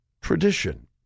tradition